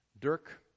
Dirk